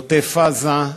בעוטף-עזה,